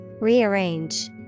Rearrange